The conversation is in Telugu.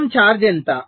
మొత్తం ఛార్జ్ ఎంత